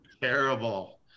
Terrible